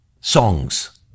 Songs